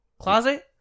closet